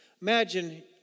Imagine